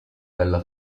bella